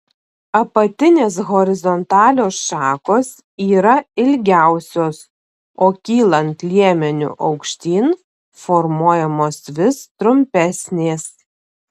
apatinės horizontalios šakos yra ilgiausios o kylant liemeniu aukštyn formuojamos vis trumpesnės